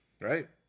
right